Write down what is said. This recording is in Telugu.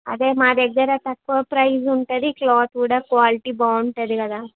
అదే మా దగ్గర తక్కువ ప్రైస్ ఉంటుంది క్లాత్ కూడా క్వాలిటీ బాగుంటుంది కదా